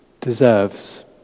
deserves